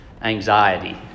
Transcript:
anxiety